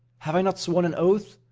have i not sworn an oath?